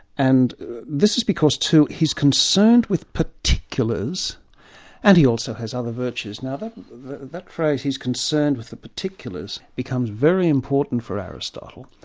and this is because two he's concerned with particulars and he also has other virtues'. now that that phrase he's concerned with the particulars becomes very important for aristotle,